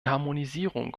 harmonisierung